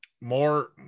More